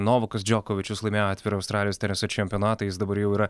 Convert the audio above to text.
novakas džokovičius laimėjo atvirą australijos teniso čempionatą jis dabar jau yra